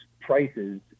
prices